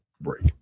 break